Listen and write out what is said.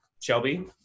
Shelby